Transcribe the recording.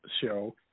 show